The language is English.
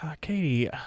Katie